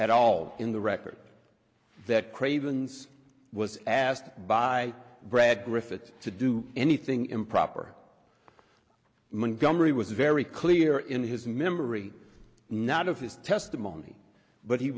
at all in the record that craven's was asked by brad griffith to do anything improper montgomery was very clear in his memory not of his testimony but he